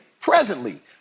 presently